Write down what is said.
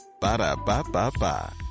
Ba-da-ba-ba-ba